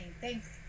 thanks